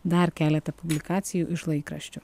dar keletą publikacijų iš laikraščių